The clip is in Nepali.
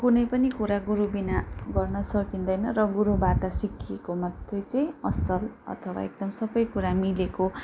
कुनै पनि कुरा गुरु बिना गर्न सकिँदैन र गुरुबाट सिकिएको मात्रै चाहिँ असल अथवा एकदम सबै कुरा मिलेको